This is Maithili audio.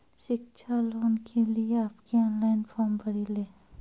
शिक्षा लोन के लिए आप के ऑनलाइन फॉर्म भरी ले?